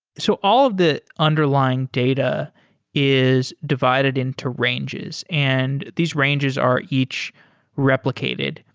so all of the underlying data is divided into ranges, and these ranges are each replicated.